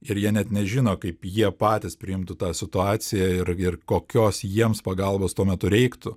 ir jie net nežino kaip jie patys priimtų tą situaciją ir ir kokios jiems pagalbos tuo metu reiktų